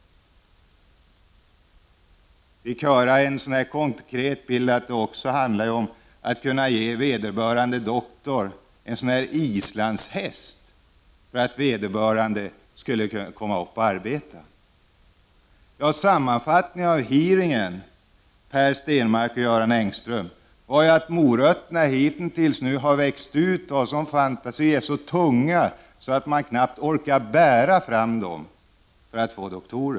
Vi fick också höra exempel på att det handlade om att kunna ge doktorn en islandshäst för att vederbörande skulle komma upp och arbeta. Sammanfattningen av hearingen, Per Stenmarck och Göran Engström, var att ”morötterna”, för att locka doktorer, genom stor fantasi nu vuxit sig så tunga att man knappt orkar bära fram dem.